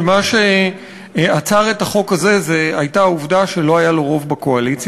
שמה שעצר את החוק הזה היה העובדה שלא היה לו רוב בקואליציה.